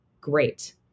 great